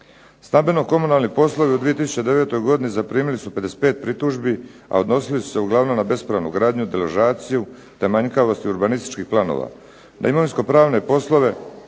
Stambeno-komunalni poslovi u 2009. godini zaprimili su 55 pritužbi a odnosili su se uglavnom na bespravnu gradnju, deložaciju te manjkavost urbanističkih planova. Na imovinsko-pravne poslove